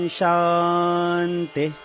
shanti